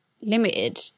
limited